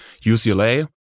UCLA